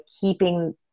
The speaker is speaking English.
keeping